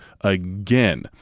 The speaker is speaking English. again